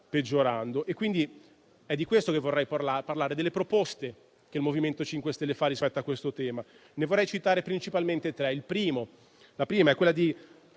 peggiorando. È di questo che vorrei parlare, ossia delle proposte che il MoVimento 5 Stelle fa rispetto a questo tema. Ne vorrei citare principalmente tre.